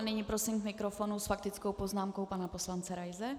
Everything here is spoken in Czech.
Nyní prosím k mikrofonu s faktickou poznámkou pana poslance Raise.